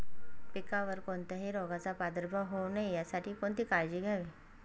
पिकावर कोणत्याही रोगाचा प्रादुर्भाव होऊ नये यासाठी कोणती काळजी घ्यावी?